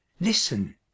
listen